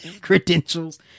credentials